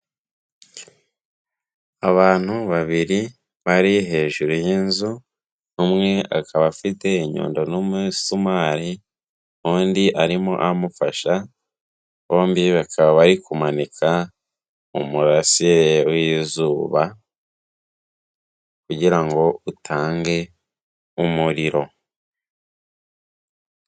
Abantu babiri bari hejuru y'inzu, umwe akaba afite inyundo n'umusumari, undi arimo amufasha, bombi bakaba bari kumanika umurasire w'izuba kugira ngo utange umuriro,